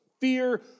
fear